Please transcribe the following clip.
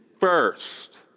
first